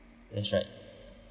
that's right